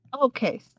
Okay